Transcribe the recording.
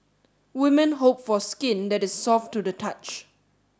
women hope for skin that is soft to the touch